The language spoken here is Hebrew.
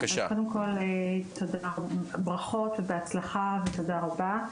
קודם כל ברכות, בהצלחה ותודה רבה,